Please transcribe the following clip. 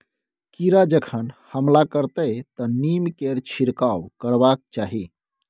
कीड़ा जखन हमला करतै तँ नीमकेर छिड़काव करबाक चाही